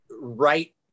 right